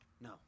No